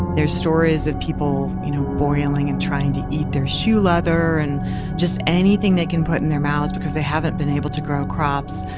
their stories of people, you know, boiling and trying to eat their shoe leather and just anything they can put in their mouths because they haven't been able to grow crops.